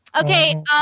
Okay